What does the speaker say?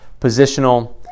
positional